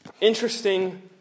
Interesting